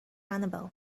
annabelle